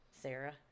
Sarah